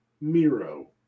Miro